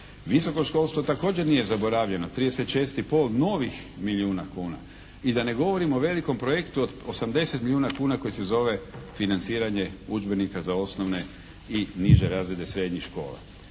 Visoko školstvo također nije zaboravljeno 36,5 novih milijuna kuna. I da ne govorim o velikom projektu od 80 milijuna kuna koji se zove financiranje udžbenika za osnovne i niže razrede srednjih škola.